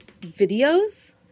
videos